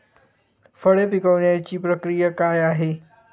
फळे पिकण्याची प्रक्रिया काय आहे?